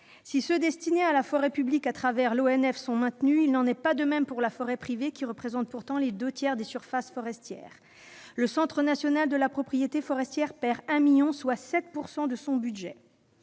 crédits destinés à la forêt publique, l'Office national des forêts (ONF), sont maintenus, il n'en est pas de même pour la forêt privée, qui représente pourtant les deux tiers des surfaces forestières. Le Centre national de la propriété forestière perd 1 million d'euros, soit 7 % de son budget.